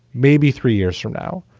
maybe three years from now,